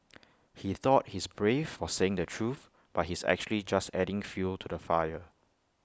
he thought he's brave for saying the truth but he's actually just adding fuel to the fire